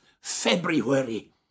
February